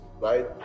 right